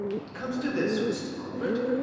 it comes to this, mrs. mumford.